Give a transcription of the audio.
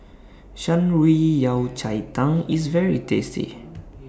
Shan Rui Yao Cai Tang IS very tasty